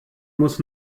muss